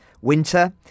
winter